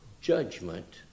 judgment